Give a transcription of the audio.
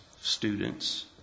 students